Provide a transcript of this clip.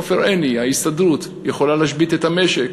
עופר עיני, ההסתדרות יכולה להשבית את המשק.